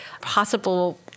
possible